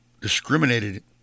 discriminated